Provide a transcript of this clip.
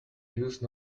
use